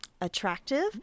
attractive